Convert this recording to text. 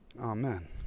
Amen